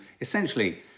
essentially